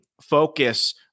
focus